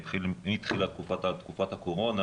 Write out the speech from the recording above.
התחיל מתחילת תקופת הקורונה,